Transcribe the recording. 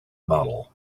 model